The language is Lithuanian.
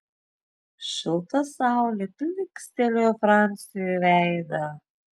šilta saulė plykstelėjo franciui į veidą